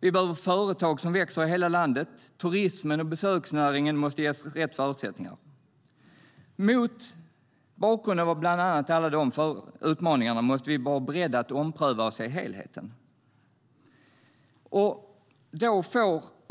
Vi behöver företag som växer i hela landet. Turismen och besöksnäringen måste ges rätt förutsättningar. Därför måste vi vara beredda att ompröva och se helheten.